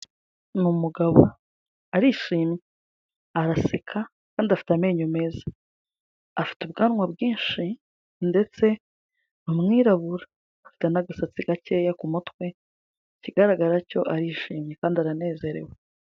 Ni umugabo, arishimye, araseka kandi afite amenyo meza, afite ubwanwa bwinshi ndetse ni umwirabura, afite n'agasatsi gakeya ku mutwe, ikigaragara cyo arishimye kandi aranezerewe.